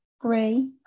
gray